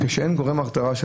כשאין גורם הרתעה או